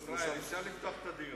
בבקשה, אדוני, חבר הכנסת אריה ביבי.